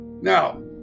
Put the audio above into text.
Now